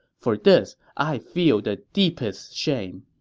for this, i feel the deepest shame.